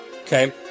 okay